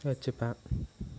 வச்சுப்பேன்